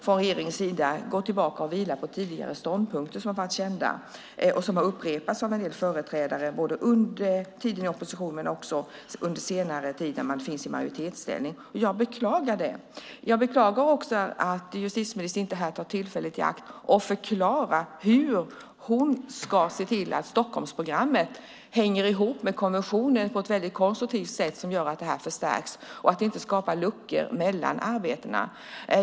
Från regeringens sida går man då tillbaka och vilar på tidigare kända ståndpunkter som har upprepats av en del företrädare, både under tiden i opposition och under senare tid när man är i majoritetsställning. Jag beklagar det. Jag beklagar också att justitieministern inte här tar tillfället i akt och förklarar hur hon ska se till att Stockholmsprogrammet hänger ihop med konventionen på ett väldigt konstruktivt sätt som gör att detta förstärks och att det inte skapar luckor mellan arbetena.